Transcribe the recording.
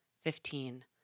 fifteen